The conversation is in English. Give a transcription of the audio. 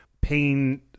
pain